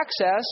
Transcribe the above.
access